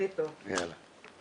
נדבר על